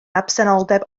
absenoldeb